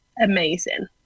amazing